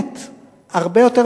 ידענו שזו הכיתה המפגרת